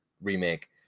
remake